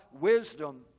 wisdom